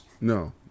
No